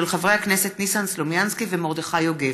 של חברי הכנסת ניסן סלומינסקי ומרדכי יוגב.